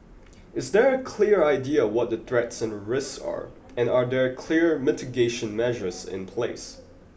is there a clear idea what the threats and the risks are and are there clear mitigation measures in place